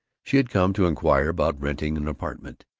she had come to inquire about renting an apartment,